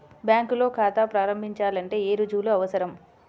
బ్యాంకులో ఖాతా ప్రారంభించాలంటే ఏ రుజువులు అవసరం?